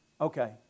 Okay